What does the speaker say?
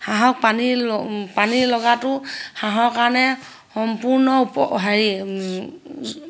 হাঁহক পানী ল পানী লগাটো হাঁহৰ কাৰণে সম্পূৰ্ণ উপ হেৰি